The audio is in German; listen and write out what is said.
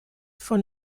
von